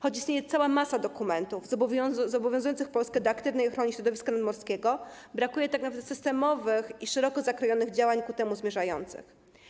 Choć istnieje cała masa dokumentów zobowiązujących Polskę do aktywnej ochrony środowiska nadmorskiego, brakuje tak naprawdę systemowych i szeroko zakrojonych działań ku temu zmierzających.